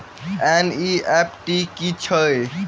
NEFT की छीयै?